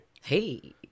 Hey